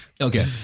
Okay